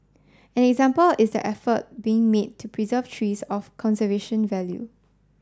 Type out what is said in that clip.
an example is the effort being made to preserve trees of conservation value